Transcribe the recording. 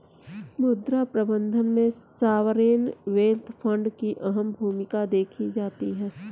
मुद्रा प्रबन्धन में सॉवरेन वेल्थ फंड की अहम भूमिका देखी जाती है